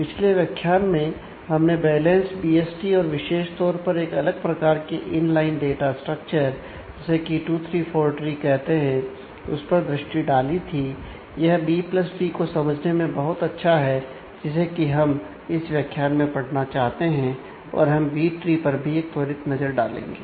पिछले व्याख्यान में हमने बैलेंस्ड बीएसटी पर भी एक त्वरित नजर डालेंगे